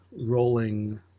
rolling